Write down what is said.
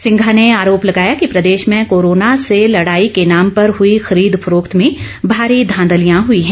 सिंघा ने आरोप लगाया कि प्रदेश में कोरोना से लड़ाई के नाम पर हुई खरीद फरोख्त में भारी धांधलियां हुई हैं